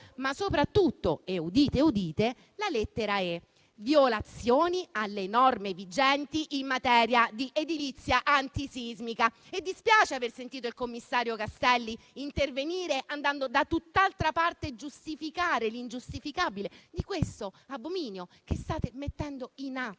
soprattutto la lettera *e)*, violazioni alle norme vigenti in materia di edilizia antisismica. Dispiace aver sentito il commissario Castelli intervenire andando da tutt'altra parte e giustificare l'ingiustificabile di questo abominio che state mettendo in atto.